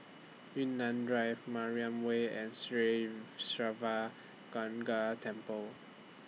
Yunnan Drive Mariam Way and Sri Siva Temple